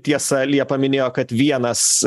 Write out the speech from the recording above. tiesa liepa minėjo kad vienas